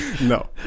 No